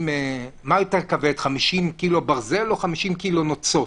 מה יותר כבד, 50 קילו ברזל או 50 קילו נוצות?